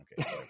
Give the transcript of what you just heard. Okay